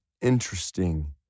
interesting